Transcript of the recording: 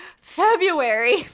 February